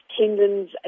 tendons